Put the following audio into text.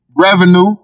revenue